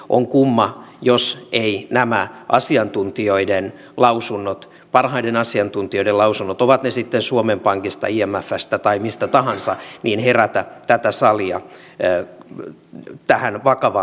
on kumma jos ei elämää asiantuntijoiden lausunnot parhaiden asiantuntijoiden lausunnot ovat ne sitten suomen pankista ja matkasta tai mistä tahansa viini herätä tätä sallia käy tähän vakavaa